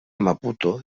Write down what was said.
maputo